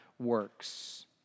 works